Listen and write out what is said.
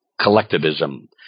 collectivism